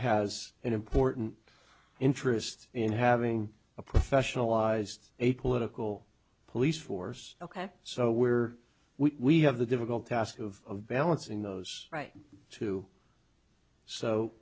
has an important interest in having a professionalized a political police force ok so where we have the difficult task of balancing those right too so